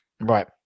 Right